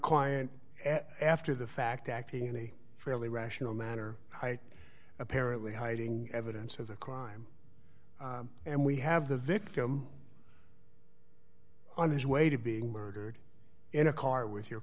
client after the fact acting in a fairly rational manner right apparently hiding evidence of the crime and we have the victim on his way to being murdered in a car with your